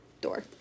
door